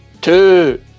two